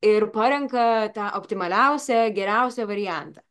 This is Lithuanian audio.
ir parenka tą optimaliausią geriausią variantą